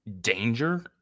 danger